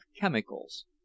chemicals